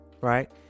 right